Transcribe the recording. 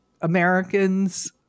Americans